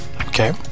Okay